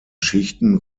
schichten